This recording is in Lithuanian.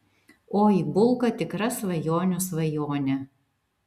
oi bulka tikra svajonių svajonė